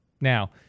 Now